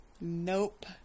Nope